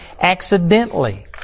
accidentally